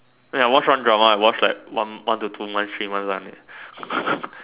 when I watch one drama I watch like one one to two months three months one leh